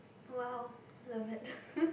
!wow! love it